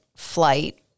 Flight